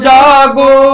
Jago